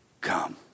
come